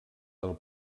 del